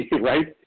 right